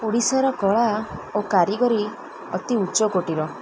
ଓଡ଼ିଶାର କଳା ଓ କାରିଗରୀ ଅତି ଉଚ୍ଚ କୋଟୀର